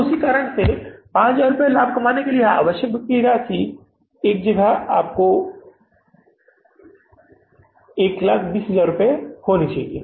तो उस कारण से 5000 रुपये का लाभ कमाने के लिए आवश्यक बिक्री राशि 120000 रुपये आपके पास 120000 रुपये की बिक्री होनी चाहिए